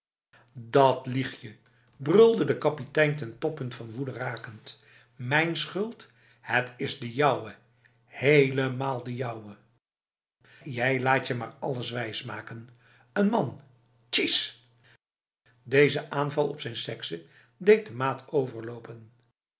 dat lieg je brulde de kapitein ten toppunt van woede rakend mijn schuld het is de jouwe helemaal de jouwe jij laatje maar alles wijsmaken n mantjies deze aanval op zijn sekse deed de maat overlopen